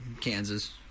Kansas